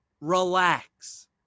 relax